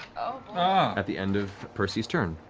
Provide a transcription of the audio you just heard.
ah at the end of percy's turn.